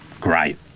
great